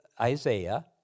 Isaiah